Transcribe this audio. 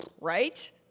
right